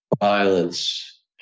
violence